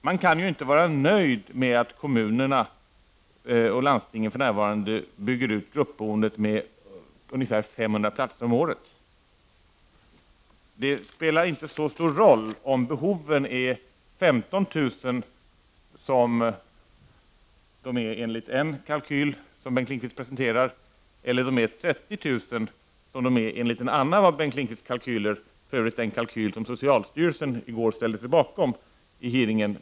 Man kan inte vara nöjd med att kommunerna och landsting för närvarande bygger ut gruppboendet med ungefär 500 platser om året. Det spelar inte så stor roll om behoven är 15 000 platser, som de är enligt en kalkyl som Bengt Lindqvist presenterar, eller om de är 30 000 enligt en annan av Bengt Lindqvists kalkyler, om man vet att det i dag bara finns 1 500 platser i gruppboende.